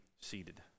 seated